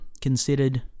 considered